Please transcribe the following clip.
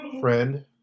friend